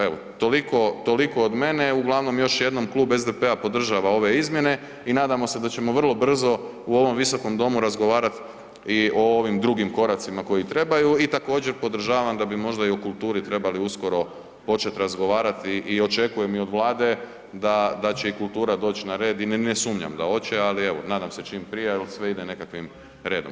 Evo, toliko od mene, uglavnom još jednom Klub SDP-a podržava ove izmjene i nadamo se da ćemo vrlo brzo u ovom visokom domu razgovarati i o ovim drugim koracima koji trebaju i također podržavam da bi možda i u kulturi trebali uskoro početi razgovarati i očekujem i od Vlada da će i kultura doći na red i ne sumnjam da oče, ali evo nadam se čim prije, ali sve ide nekakvim redom.